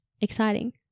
exciting